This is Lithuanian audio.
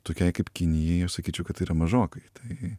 tokiai kaip kinijai jau sakyčiau kad tai yra mažokai tai